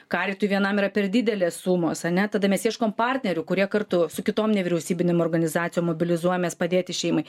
karitui vienam yra per didelės sumos ane tada mes ieškom partnerių kurie kartu su kitom nevyriausybinėm organizacijom mobilizuojamės padėti šeimai